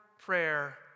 prayer